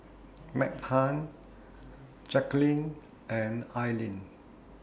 Meghann Jackeline and Aleen